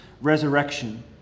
resurrection